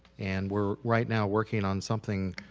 and we're right now working on something